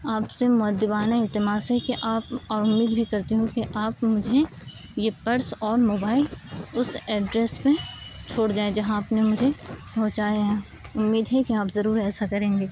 آپ سے معدبانہ التماس ہے کہ آپ اور امید بھی کرتی ہوں کہ آپ مجھے یہ پرس اور موبائل اس ایڈریس پہ چھوڑ جائیں جہاں آپ نے مجھے پہنچایا ہے امید ہے کہ آپ ضرور ایسا کریں گے